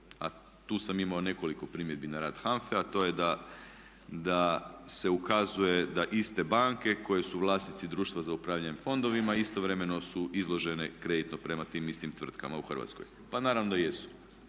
a tu sam imao nekoliko primjedbi na rad HANFA-e a to je da se ukazuje da iste banke koje su vlasnici društva za upravljanjem fondovima istovremeno su izloženo kreditno prema tim istim tvrtkama u Hrvatskoj. Pa naravno da jesu.